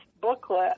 booklet